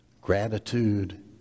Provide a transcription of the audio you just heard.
Gratitude